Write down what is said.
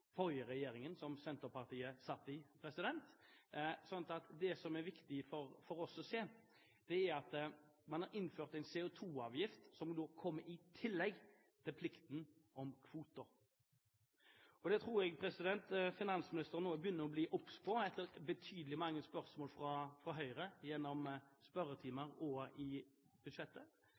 forrige regjeringen som Senterpartiet satt i. Det som er viktig for oss å se, er at man har innført en CO2-avgift som kommer i tillegg til plikten om kvoter. Det tror jeg finansministeren nå begynner å bli obs på etter betydelig mange spørsmål fra Høyre gjennom spørretimer og i forbindelse med budsjettet.